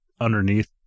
underneath